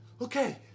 Okay